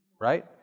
Right